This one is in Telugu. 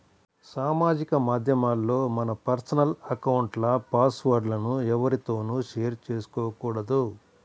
సామాజిక మాధ్యమాల్లో మన పర్సనల్ అకౌంట్ల పాస్ వర్డ్ లను ఎవ్వరితోనూ షేర్ చేసుకోకూడదు